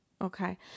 Okay